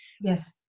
Yes